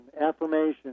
affirmation